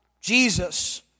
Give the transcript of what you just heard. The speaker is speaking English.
Jesus